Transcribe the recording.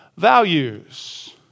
values